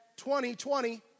2020